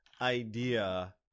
idea